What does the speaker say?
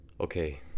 Okay